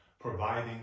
providing